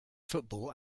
football